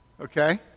Okay